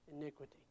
iniquity